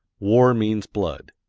war means blood.